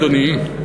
אדוני,